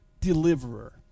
deliverer